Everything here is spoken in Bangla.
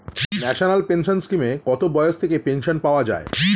ন্যাশনাল পেনশন স্কিমে কত বয়স থেকে পেনশন পাওয়া যায়?